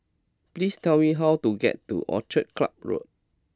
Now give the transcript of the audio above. please tell me how to get to Orchid Club Road